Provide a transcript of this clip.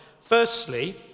Firstly